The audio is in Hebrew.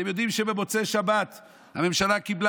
אתם יודעים שבמוצאי שבת הממשלה קיבלה